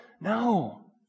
No